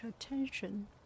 attention